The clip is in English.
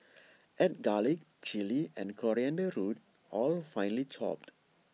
add garlic Chilli and coriander root all finely chopped